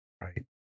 Right